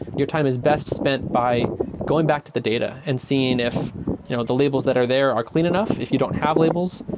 your time is best spent by going back to the data and seeing if you know the labels that are there are clean enough. if you don't have labels,